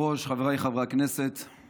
כבר מרגישה